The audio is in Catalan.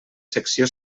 secció